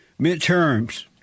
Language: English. midterms